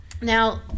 Now